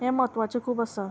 हें म्हत्वाचें खूब आसा